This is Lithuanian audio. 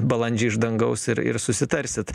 balandžiai iš dangaus ir ir susitarsit